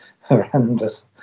Horrendous